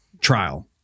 trial